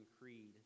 Creed